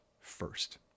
first